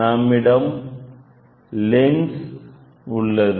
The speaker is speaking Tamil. நம்மிடம் லென்ஸ் உள்ளது